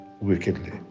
wickedly